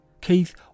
Keith